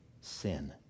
sin